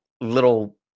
little